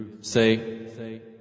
say